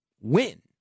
win